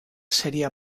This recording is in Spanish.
sería